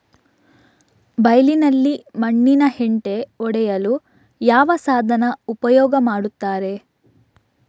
ಬೈಲಿನಲ್ಲಿ ಮಣ್ಣಿನ ಹೆಂಟೆ ಒಡೆಯಲು ಯಾವ ಸಾಧನ ಉಪಯೋಗ ಮಾಡುತ್ತಾರೆ?